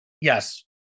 Yes